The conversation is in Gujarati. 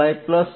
ds